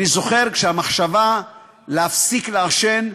אני זוכר שהמחשבה להפסיק לעשן,